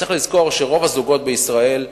צריך לזכור שרוב הזוגות בישראל,